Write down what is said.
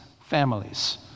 families